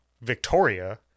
Victoria